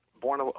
Born